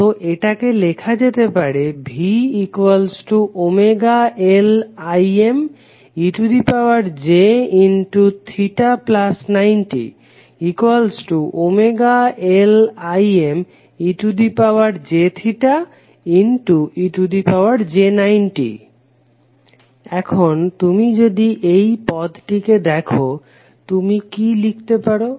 তো এটাকে লেখা যেতে পারে VωLImej∅90ωLImej∅ej90 এখন তুমি যদি এই পদটিকে দেখো তুমি কি লিখতে পারো